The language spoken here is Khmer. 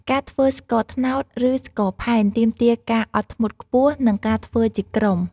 ការធ្វើស្ករត្នោត ឬ ស្ករផែនទាមទារការអត់ធ្មត់ខ្ពស់ និងការធ្វើជាក្រុម។